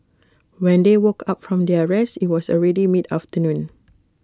when they woke up from their rest IT was already mid afternoon